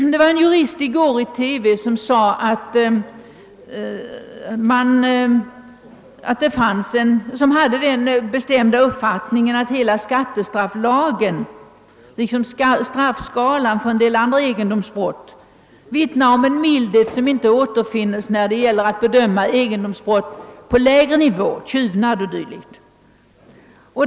I går sade en jurist i TV att många anser att hela skattestrafflagen liksom straffskalorna för en del andra egendomsbrott vittnar om en mildhet som det inte finns någon motsvarighet till vid bedömningen av egendomsbrott på lägre nivå, t.ex. tjuvnad.